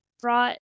brought